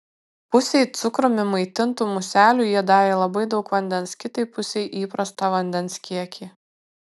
pusei cukrumi maitintų muselių jie davė labai daug vandens kitai pusei įprastą vandens kiekį